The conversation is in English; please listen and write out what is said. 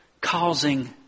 causing